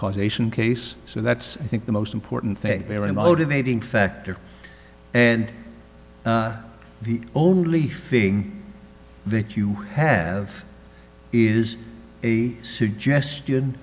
causation case so that's i think the most important thing there are a motivating factor and the only thing that you have is a suggestion